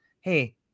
hey